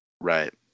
Right